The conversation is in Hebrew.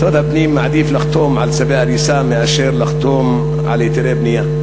משרד הפנים מעדיף לחתום על צווי הריסה ולא לחתום על היתרי בנייה.